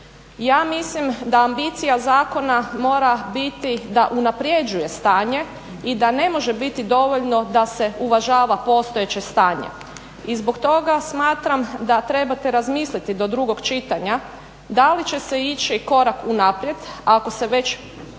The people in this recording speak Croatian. Ja mislim da ambicija zakona mora biti da unapređuje stanje i da ne može biti dovoljno da se uvažava postojeće stanje. I zbog toga smatram da trebate razmisliti do drugog čitanja da li će se ići korak unaprijed ako se već išlo